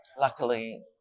luckily